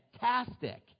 fantastic